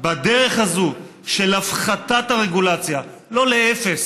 בדרך הזאת של הפחתת הרגולציה, לא לאפס,